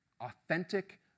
authentic